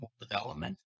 development